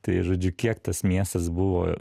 tai žodžiu kiek tas miestas buvo